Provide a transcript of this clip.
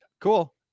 cool